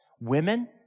Women